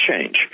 change